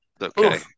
Okay